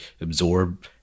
absorb